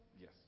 Yes